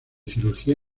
cirugía